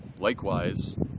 Likewise